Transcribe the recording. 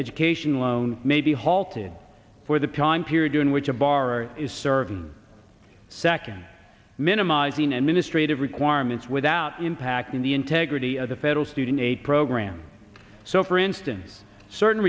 education loan may be halted for the time period in which a borrower is servant second minimizing administrate of requirements without impacting the integrity of the federal student aid program so for instance certain